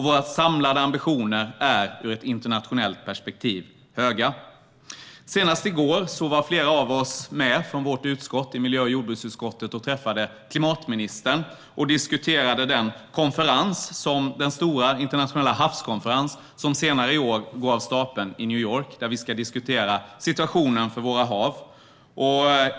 Våra samlade ambitioner är ur ett internationellt perspektiv höga. Senast i går träffade flera personer från miljö-och jordbruksutskottet klimatministern för att diskutera den stora internationella havskonferens som senare i år går av stapeln i New York. Där ska man diskutera situationen för våra hav.